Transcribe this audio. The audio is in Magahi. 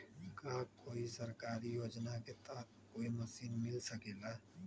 का कोई सरकारी योजना के तहत कोई मशीन मिल सकेला?